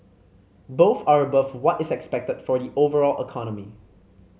both are above what is expected for the overall economy